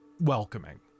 welcoming